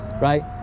right